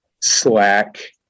slack